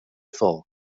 folk